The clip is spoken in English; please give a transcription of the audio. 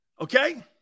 Okay